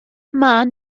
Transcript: mân